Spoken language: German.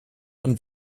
und